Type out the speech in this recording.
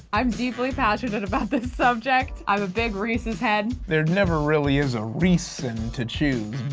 i'm deeply passionate about this subject. i have a big reese's head. there never really is a reese-on and to choose,